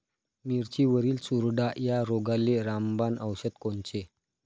मिरचीवरील चुरडा या रोगाले रामबाण औषध कोनचे?